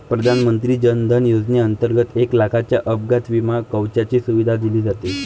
प्रधानमंत्री जन धन योजनेंतर्गत एक लाखाच्या अपघात विमा कवचाची सुविधा दिली जाते